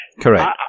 Correct